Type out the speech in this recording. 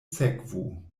sekvu